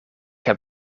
heb